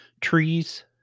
trees